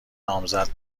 نامزد